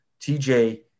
TJ